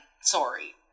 Sorry